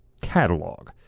catalog